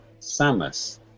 Samus